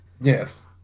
Yes